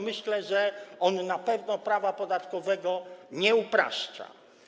Myślę, że on na pewno prawa podatkowego nie upraszcza.